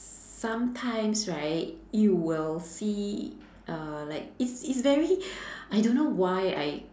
sometimes right you will see uh like it's it's very I don't know why I